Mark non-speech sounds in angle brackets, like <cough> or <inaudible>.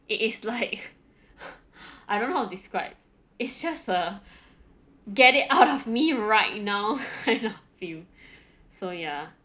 it is like <breath> I don't know how to describe it's just a <breath> get-it-out-of-me-right-now <breath> kind of feel so ya